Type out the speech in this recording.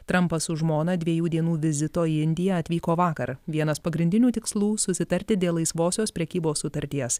trampas su žmona dviejų dienų vizito į indiją atvyko vakar vienas pagrindinių tikslų susitarti dėl laisvosios prekybos sutarties